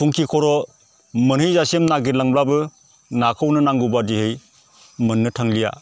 फुंखि खर' मोनहैजासिम नागिरलांब्लाबो नाखौनो नांगौ बायदियै मोननो थांलिया